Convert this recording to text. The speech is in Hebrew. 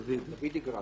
דוידי גרדר.